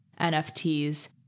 NFTs